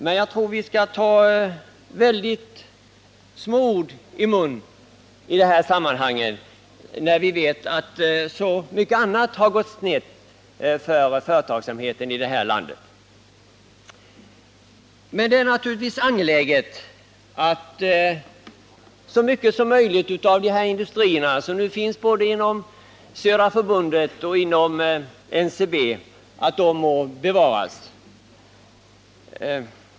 Men jag tror att vi skall ta väldigt små ord i vår mun i det här sammanhanget. Vi vet ju att så mycket har gått snett för företagsamheten här i landet. Givetvis är det angeläget att så många industrier som möjligt inom Södra Skogsägarna och inom NCB kan bevaras.